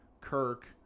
kirk